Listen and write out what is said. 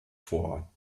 vor